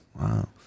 Wow